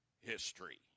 history